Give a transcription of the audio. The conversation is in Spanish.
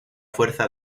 fuerza